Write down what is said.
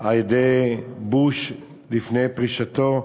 מבוש לפני פרישתו,